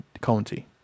County